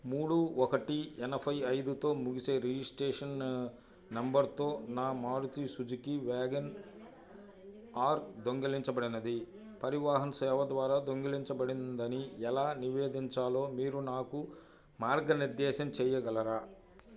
మూడు ఒకటి ఎనభై ఐదుతో ముగిసే రిజిస్టేషన్ నంబర్తో నా మారుతి సుజుకీ వ్యాగన్ ఆర్ దొంగలించబడినది పరివాహన్ సేవ ద్వారా దొంగిలించబడిందని ఎలా నివేదించాలో మీరు నాకు మార్గనిర్దేశం చెయ్యగలరా